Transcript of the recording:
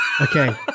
Okay